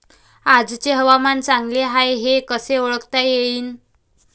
आजचे हवामान चांगले हाये हे कसे ओळखता येईन?